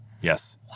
Yes